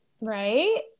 Right